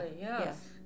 yes